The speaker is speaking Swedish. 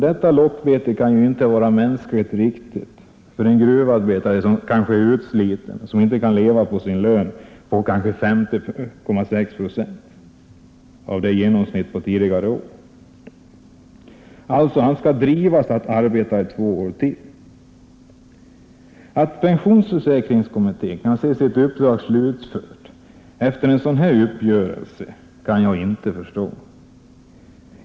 Detta lockbete kan inte vara mänskligt riktigt för en utsliten gruvarbetare som inte kan leva på 50,6 procent av genomsnittet föregående år; då skall han drivas att arbeta i två år till. Att pensionsförsäkringskommittén kan anse sitt uppdrag slutfört efter en sådan uppgörelse kan jag inte förstå.